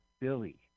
Billy